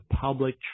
public